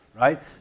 Right